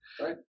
right